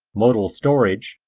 modal storage,